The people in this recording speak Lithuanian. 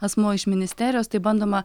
asmuo iš ministerijos tai bandoma